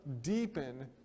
deepen